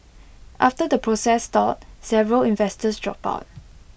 after the process stalled several investors dropped out